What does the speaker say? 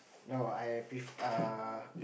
no I pre~ err